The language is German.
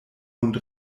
hund